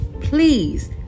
Please